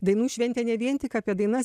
dainų šventė ne vien tik apie dainas